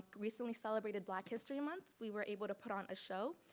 recently celebrated black history month we were able to put on a show